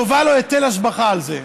גובה לו היטל השבחה על זה,